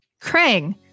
Krang